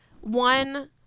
one